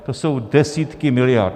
To jsou desítky miliard.